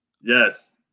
yes